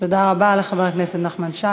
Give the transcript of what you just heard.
תודה רבה לחבר הכנסת נחמן שי.